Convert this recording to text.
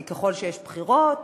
כי ככל שיש בחירות,